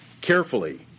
carefully